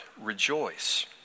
rejoice